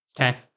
Okay